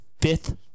fifth